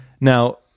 Now